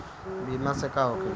बीमा से का होखेला?